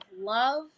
love